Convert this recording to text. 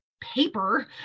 paper